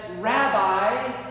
rabbi